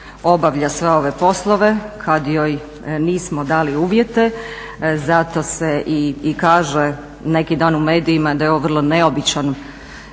obavlja sve ove poslove kad joj nismo dali uvjete. Zato se i kaže neki dan u medijima da je ovo vrlo neobičan